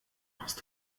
hast